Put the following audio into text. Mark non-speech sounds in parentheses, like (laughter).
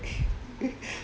(laughs)